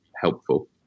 helpful